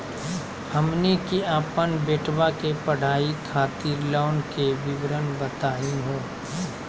हमनी के अपन बेटवा के पढाई खातीर लोन के विवरण बताही हो?